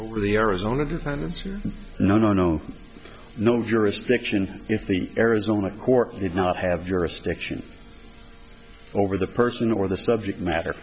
over the arizona defendants no no no no jurisdiction if the arizona court did not have jurisdiction over the person or the subject matter